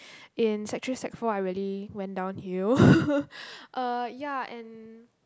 in sec-three sec-four I really went downhill uh ya and